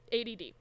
ADD